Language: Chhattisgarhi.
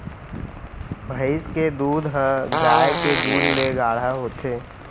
भईंस के दूद ह गाय के दूद ले गाढ़ा होथे